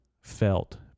felt